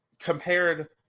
Compared